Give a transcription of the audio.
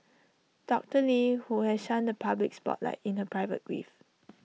doctor lee who has shunned the public spotlight in her private grief